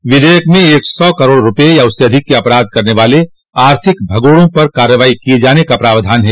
इस विधेयक में एक सौ करोड़ रुपये या उससे अधिक के अपराध करने वाले आर्थिक भगोड़ों पर कार्रवाई किये जाने का प्रावधान है